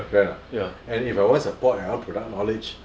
correct or not and if I want support 我要 product knowledge